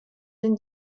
den